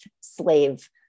slave